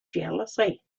jealousy